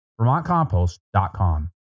VermontCompost.com